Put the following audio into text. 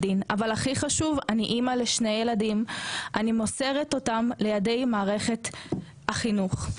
הכי חשוב זה שאני אימא לשני ילדים שאני מוסרת לידי מערכת החינוך.